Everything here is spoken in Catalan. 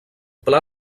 pla